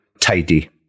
Tidy